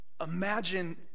Imagine